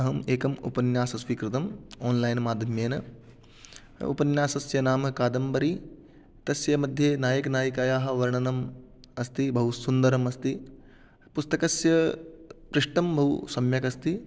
अहम् एकम् उपन्यासं स्वीकृतम् आन्लैन् माध्यमेन उपन्यासस्य नाम कादम्बरी तस्य मध्ये नायकनायिकायाः वर्णनम् अस्ति बहुसुन्दरमस्ति पुस्तकस्य पृष्ठं बहुसम्यक् अस्ति